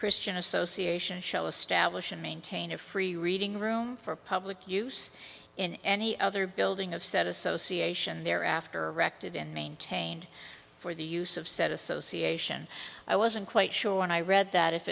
christian association show establish and maintain a free reading room for public use in any other building of said association thereafter wrecked it and maintained for the use of said association i wasn't quite sure when i read that if